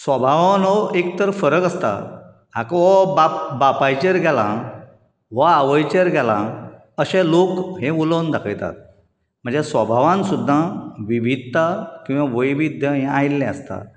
सभावानूय एक तर फरक आसता आगो हो बापायचेर गेला हो आवयचेर गेला अशें लोक हे उलोवन दाखयतात म्हणजे सभावान सुद्दां विविधता किंवा वैविद्य हें आयल्लें आसता